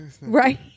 right